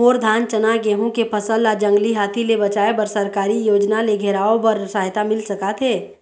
मोर धान चना गेहूं के फसल ला जंगली हाथी ले बचाए बर सरकारी योजना ले घेराओ बर सहायता मिल सका थे?